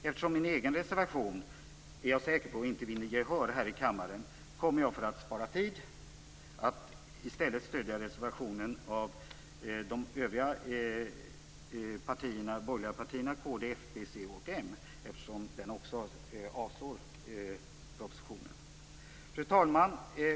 Eftersom jag är säker på att min egen reservation inte vinner gehör i kammaren, kommer jag, för att spara kammarens tid, att i stället stödja reservationen av de övriga borgerliga partierna kd, fp, c och m som också föreslår avslag på propositionen. Fru talman!